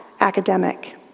academic